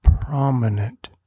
prominent